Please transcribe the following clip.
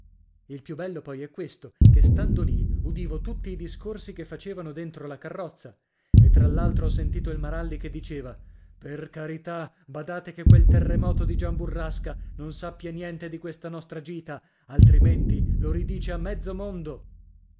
il più bello poi è questo che stando lì udivo tutti i discorsi che facevano dentro la carrozza e tra l'altro ho sentito il maralli che diceva per carità badate che quel tremoto di gian burrasca non sappia niente di questa nostra gita altrimenti lo ridice a mezzo mondo